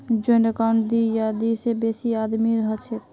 joint account दी या दी से बेसी आदमीर हछेक